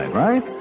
right